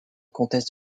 comtesse